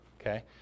okay